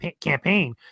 campaign